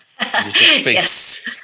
Yes